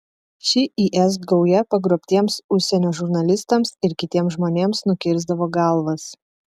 ši is gauja pagrobtiems užsienio žurnalistams ir kitiems žmonėms nukirsdavo galvas